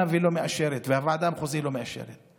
ולא מאשרת והוועדה המחוזית לא מאשרת.